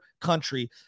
country